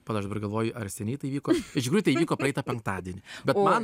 pala aš dabar galvoju ar seniai tai vyko iš tikrųjų tai įvyko praeitą penktadienį bet man